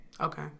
Okay